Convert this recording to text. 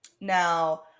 Now